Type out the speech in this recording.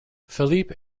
felipe